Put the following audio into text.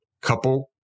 couple